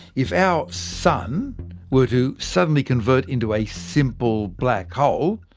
if our sun were to suddenly convert into a simple black hole,